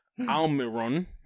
Almiron